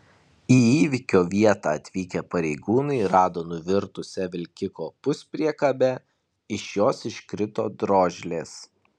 į įvykio vietą atvykę pareigūnai rado nuvirtusią vilkiko puspriekabę iš jos iškrito drožlės